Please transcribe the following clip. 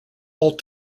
all